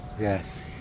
Yes